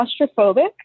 claustrophobic